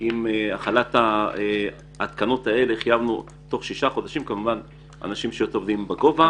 חייבנו להתקין תוך שישה חודשים פיגומים אלו על ידי אנשים שטובים בגובה.